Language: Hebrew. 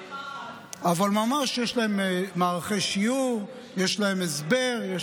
אבל ממש יש להם מערכי שיעור, יש להם הסבר.